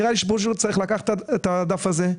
נראה לי שמישהו צריך לקחת את הדף הזה,